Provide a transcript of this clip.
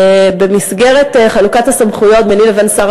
במסגרת חלוקת הסמכויות ביני לבין שר